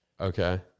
Okay